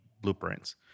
Blueprints